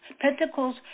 Pentacles